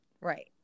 Right